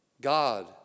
God